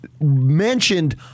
mentioned